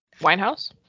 Winehouse